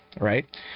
right